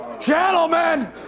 gentlemen